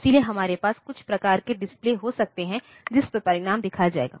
इसलिए हमारे पास कुछ प्रकार के डिस्प्ले हो सकते हैं जिस पर परिणाम दिखाया जाएगा